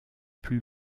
plus